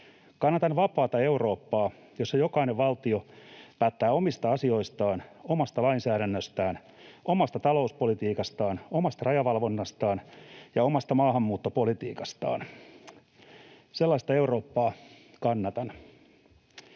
Kannatan vapaata Eurooppaa, jossa jokainen valtio päättää omista asioistaan, omasta lainsäädännöstään, omasta talouspolitiikastaan, omasta rajavalvonnastaan ja omasta maahanmuuttopolitiikastaan. Sellaista Eurooppa kannatan.